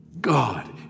God